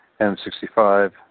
M65